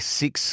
six